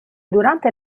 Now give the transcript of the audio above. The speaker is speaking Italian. durante